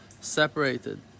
separated